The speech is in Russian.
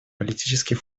политический